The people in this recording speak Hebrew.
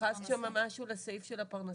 התייחסת שם משהו לסעיף של הפרנסה.